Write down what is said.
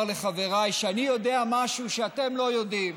לחבריי שאני יודע משהו שאתם לא יודעים,